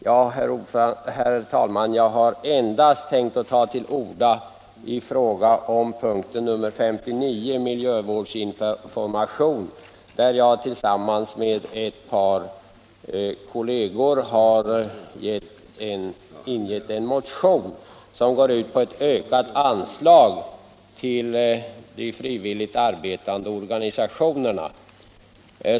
Herr talman! Jag har endast tänkt säga några ord i fråga om punkten 59 Miljövårdsinformation, där jag tillsammans med ett par kolleger har avlämnat en motion i vilken vi begär ett ökat anslag till de frivilligt arbetande organisationerna.